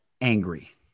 angry